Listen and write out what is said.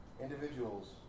individuals